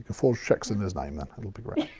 forge checks in his name then, it'll be rad.